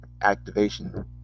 activation